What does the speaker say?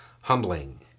humbling